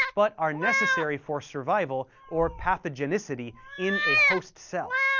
but are necessary for survival or pathogenicity in a host cell.